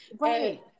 Right